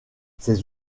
ces